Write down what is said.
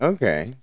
Okay